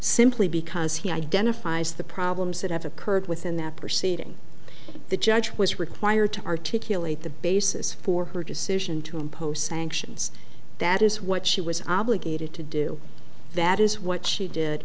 simply because he identifies the problems that have occurred within that proceeding the judge was required to articulate the basis for her decision to impose sanctions that is what she was obligated to do that is what she did